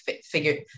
figure